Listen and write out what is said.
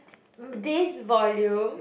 this volume